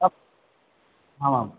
अ आमाम्